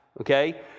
Okay